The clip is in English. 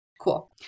Cool